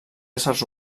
éssers